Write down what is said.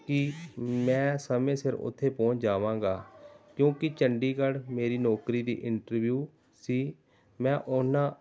ਕਿ ਮੈਂ ਸਮੇਂ ਸਿਰ ਉੱਥੇ ਪਹੁੰਚ ਜਾਵਾਂਗਾ ਕਿਉਂਕਿ ਚੰਡੀਗੜ੍ਹ ਮੇਰੀ ਨੌਕਰੀ ਦੀ ਇੰਟਰਵਿਊ ਸੀ ਮੈਂ ਉਹਨਾਂ